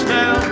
now